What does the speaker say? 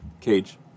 Cage